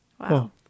Wow